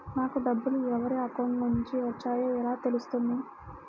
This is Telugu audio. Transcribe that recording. నాకు డబ్బులు ఎవరి అకౌంట్ నుండి వచ్చాయో ఎలా తెలుస్తుంది?